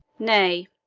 nay,